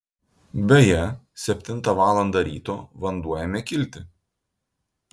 beje septintą valandą ryto vanduo ėmė kilti